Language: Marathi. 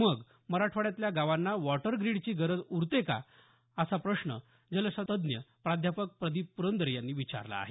मग मराठवाड्यातल्या गावांना वॉटर ग्रीडची गरज उरते का असा प्रश्न जलतज्ञ प्राध्यापक प्रदीप प्रंदरे यांनी विचारला आहे